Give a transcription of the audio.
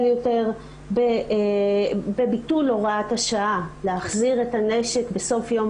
יותר בביטול הוראת השעה להחזיר את הנשק בסוף יום